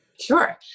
Sure